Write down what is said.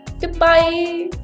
Goodbye